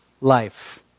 life